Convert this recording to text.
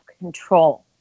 control